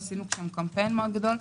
קמפיין מאוד גדול.